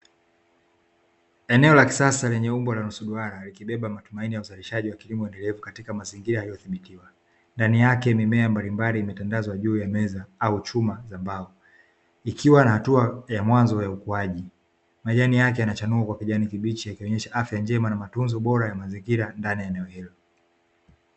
Eneo la kisasi lenye umbo na nusu mbaya likibeba matumaini ya uzalishaji lakini waliendelea katika mazingira yaliyo ndani yake mimea mbalimbali mitandazo juu ya meza au chuma na mbavu nikiwa na hatua ya mwanzo ya ukuaji majani yake yanachanuka kwa kijani kibichi akionyesha afya njema